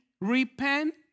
Repent